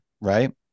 right